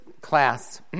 class